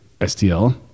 STL